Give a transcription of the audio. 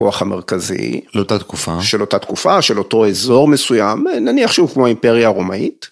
כוח המרכזי של אותה תקופה של אותו אזור מסוים נניח שהוא כמו האימפריה הרומאית.